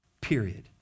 period